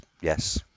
yes